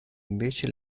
invece